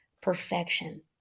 perfection